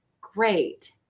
great